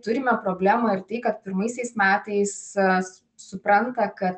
turime problemą ir tai kad pirmaisiais metais supranta kad